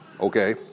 Okay